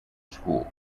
school